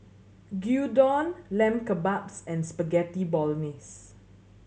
Gyudon Lamb Kebabs and Spaghetti Bolognese